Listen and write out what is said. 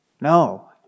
No